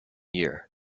year